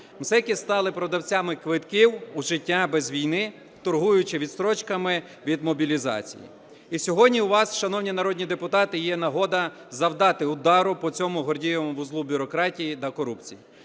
МСЕК стали продавцями квитків у життя без війни, торгуючи відстрочками від мобілізації. І сьогодні у вас, шановні народні депутати, є нагода завдати удару по цьому гордієвому вузлу бюрократії та корупції.